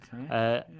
Okay